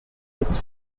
its